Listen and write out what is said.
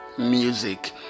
music